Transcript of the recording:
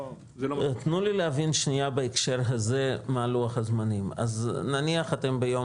תנו לי להבין שנייה בהקשר הזה מה לוח הזמנים אז נניח שביום